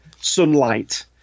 sunlight